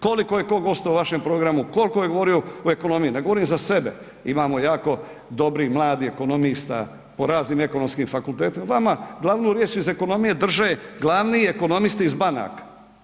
Koliko je kog ostalo u vašem programu, koliko je govorio u ekonomiji, ne govorim za sebe, imamo jako dobrih mladih ekonomista po raznim ekonomskim fakultetima, vama glasnu riječ iz ekonomije drže glavni ekonomisti iz banaka.